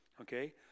okay